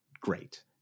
great